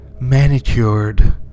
manicured